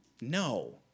No